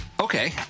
Okay